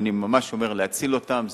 ואני ממש אומר להציל אותם.